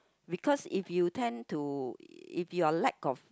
because if you tend to if you are lack of